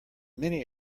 many